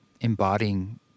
embodying